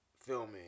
filming